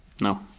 No